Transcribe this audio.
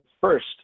first